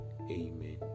Amen